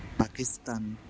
Pakistan